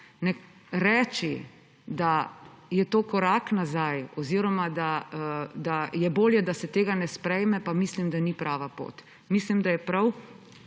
pa reči, da je to korak nazaj oziroma, da je bolje, da se tega ne sprejme, pa mislim, da ni prava pot. Mislim, da je prav,